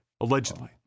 Allegedly